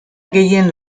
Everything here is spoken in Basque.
gehien